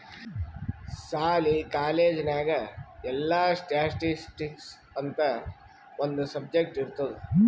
ಸಾಲಿ, ಕಾಲೇಜ್ ನಾಗ್ ಎಲ್ಲಾ ಸ್ಟ್ಯಾಟಿಸ್ಟಿಕ್ಸ್ ಅಂತ್ ಒಂದ್ ಸಬ್ಜೆಕ್ಟ್ ಇರ್ತುದ್